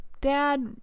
Dad